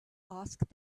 asked